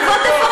אז תבוא ותפרט,